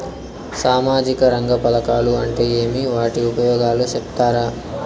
సామాజిక రంగ పథకాలు అంటే ఏమి? వాటి ఉపయోగాలు సెప్తారా?